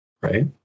Right